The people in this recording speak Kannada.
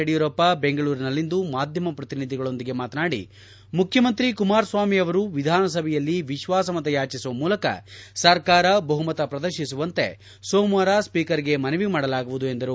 ಯಡಿಯೂರಪ್ಪ ಬೆಂಗಳೂರಿನಲ್ಲಿಂದು ಮಾಧ್ಯಮ ಪ್ರತಿನಿಧಿಗಳೊಂದಿಗೆ ಮಾತನಾಡಿ ಮುಖ್ಯಮಂತ್ರಿ ಕುಮಾರಸ್ನಾಮಿ ಅವರು ವಿಧಾನಸಭೆಯಲ್ಲಿ ವಿಶ್ವಾಸ ಮತ ಯಾಚಿಸುವ ಮೂಲಕ ಸರ್ಕಾರದ ಬಹುಮತ ಪ್ರದರ್ಶಿಸುವಂತೆ ಸೋಮವಾರ ಸ್ವೀಕರ್ಗೆ ಮನವಿ ಮಾಡಲಾಗುವುದು ಎಂದರು